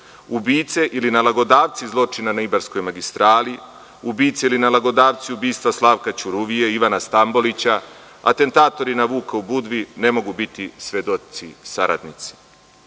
Ubice ili nalogodavci zločina na Ibarskoj magistrali, ubice ili nalogodavci ubistva Slavka Ćuruvije, Ivana Stambolića, atentatori na Vuka u Budvi, ne mogu biti svedoci saradnici. Izneo